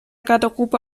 garderobe